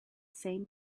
same